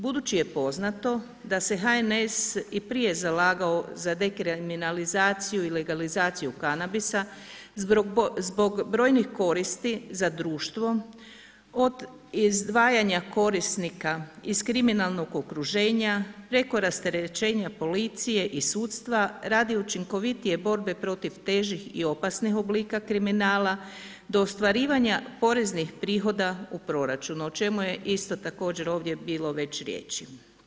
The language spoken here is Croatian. Budući je poznato da se HNS i prije zalagao za dekriminalizaciju i legalizaciju kanabisa zbog brojnih koristi za društvo, od izdvajanja korisnika iz kriminalnog okruženja, preko rasterećenja policije i sudstva radi učinkovitije borbe protiv težih i opasnih oblika kriminala, do ostvarivanja poreznih prihoda u proračunu o čemu je isto također ovdje bilo već riječi.